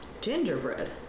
Gingerbread